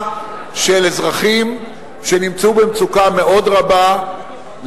של אזרחים שנמצאו במצוקה מאוד רבה,